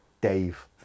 Dave